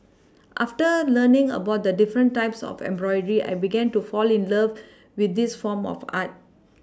after learning about the different types of embroidery I began to fall in love with this form of art